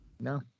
No